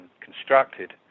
constructed